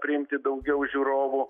priimti daugiau žiūrovų